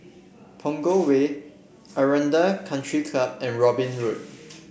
Punggol Way Aranda Country Club and Robin Road